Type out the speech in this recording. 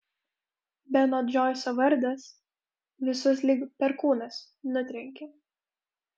beno džoiso vardas visus lyg perkūnas nutrenkė